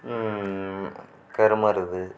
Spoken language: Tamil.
கருமருது